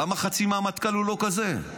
למה חצי מהמטכ"ל לא כזה?